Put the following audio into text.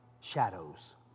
shadows